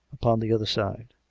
upon the other side.